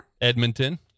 Edmonton